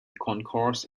concourse